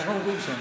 ככה אומרים שם.